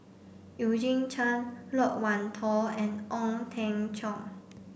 Eugene Chen Loke Wan Tho and Ong Teng Cheong